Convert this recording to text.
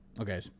Okay